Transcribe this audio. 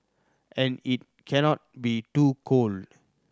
and it cannot be too cold